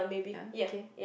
ya okay